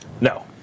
No